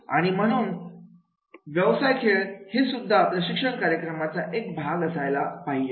आणि म्हणून व्यवसाय खेळ हेसुद्धा प्रशिक्षण कार्यक्रमाचा एक भाग असायला पाहिजे